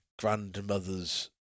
grandmother's